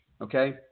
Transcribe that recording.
okay